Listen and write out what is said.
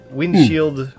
windshield